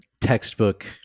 textbook